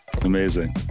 amazing